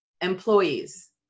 employees